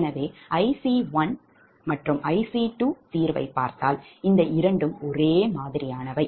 எனவே IC1IC2 தீர்வை பார்த்தால்இந்த இரண்டும் ஒரே மாதிரியானவை